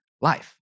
life